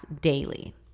daily